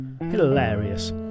Hilarious